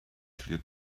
clear